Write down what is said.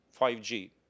5G